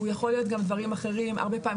הוא יכול להיות גם דברים אחרים, הרבה פעמים